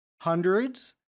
hundreds